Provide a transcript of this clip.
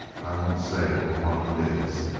i won't say what one of em is.